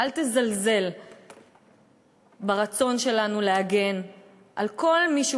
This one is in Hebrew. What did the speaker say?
אל תזלזל ברצון שלנו להגן על כל מי שהוא